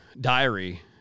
diary